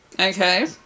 Okay